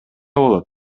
болот